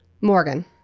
morgan